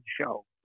show